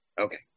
Okay